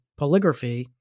polygraphy